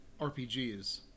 rpgs